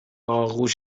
آغوش